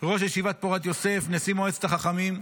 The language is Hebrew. ראש ישיבת פורת יוסף, נשיא מועצת החכמים,